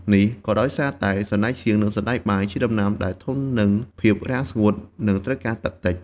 នេះក៏ដោយសារតែសណ្តែកសៀង និងសណ្តែកបាយជាដំណាំដែលធន់នឹងភាពរាំងស្ងួត និងត្រូវការទឹកតិច។